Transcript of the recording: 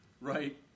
Right